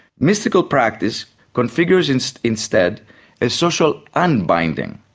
mystical practice configures instead instead a social unbinding,